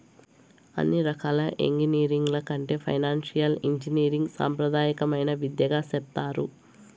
అన్ని రకాల ఎంగినీరింగ్ల కంటే ఫైనాన్సియల్ ఇంజనీరింగ్ సాంప్రదాయమైన విద్యగా సెప్తారు